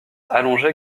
allongée